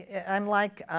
and i'm like.